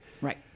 Right